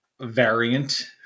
variant